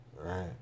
Right